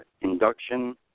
induction